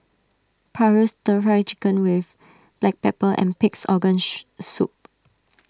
Paru Stir Fried Chicken with Black Pepper and Pig's Organ Soup